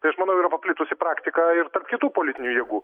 tai aš manau yra paplitusi praktika ir tarp kitų politinių jėgų